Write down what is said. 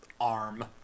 arm